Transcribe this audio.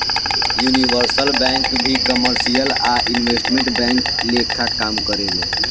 universal bank भी commercial आ investment bank लेखा काम करेले